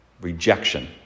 rejection